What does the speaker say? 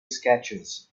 sketches